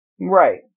Right